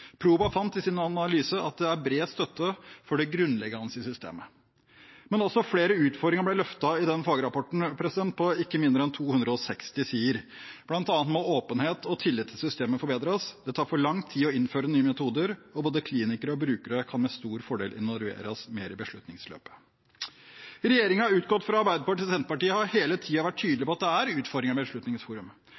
Proba samfunnsanalyse et oppdrag om å lage en evaluering av systemet for Nye metoder for Helse- og omsorgsdepartementet. Prova fant i sin analyse at det er bred støtte for det grunnleggende i systemet, men også flere utfordringer ble løftet i fagrapporten på ikke mindre enn 260 sider. Blant annet må åpenheten og tillit til systemet forbedres, det tar for lang tid å innføre nye metoder, og både klinikere og brukere kan med stor fordel involveres mer i beslutningsløpet. Regjeringen utgått fra Arbeiderpartiet og Senterpartiet har hele tiden vært tydelig på